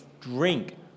drink